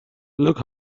look